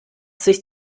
sich